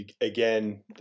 again